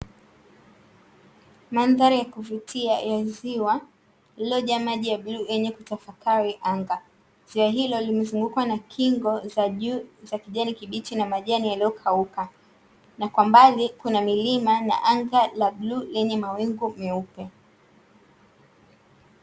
Mandhari ya kuvutia yenye ziwa lililojaa maji ya bluu yenye kutafakari anga, ziwa hilo limezungukwa na kingo za za juu za kijani kibichi na majani yaliyo kauka na kwambali kuna milima na anga la bluu lenye mawingu meupe.